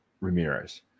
Ramirez